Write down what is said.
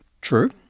True